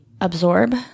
absorb